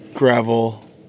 gravel